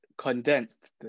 condensed